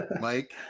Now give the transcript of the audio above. Mike